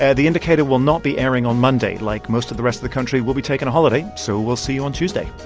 and the indicator will not be airing on monday. like most of the rest of the country, we'll be taking a holiday, so we'll see you on tuesday